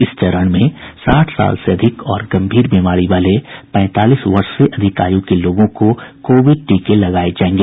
इस चरण में साठ साल से अधिक और गंभीर बीमारी वाले पैंतालीस वर्ष से अधिक आयु के लोगों को कोविड टीका लगाया जाएगा